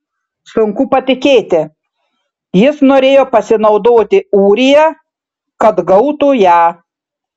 sunku patikėti jis norėjo pasinaudoti ūrija kad gautų ją